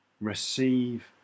Receive